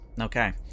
okay